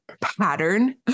pattern